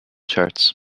charts